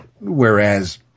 whereas